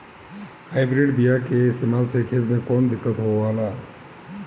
Hybrid बीया के इस्तेमाल से खेत में कौन दिकत होलाऽ?